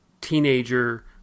teenager